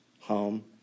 home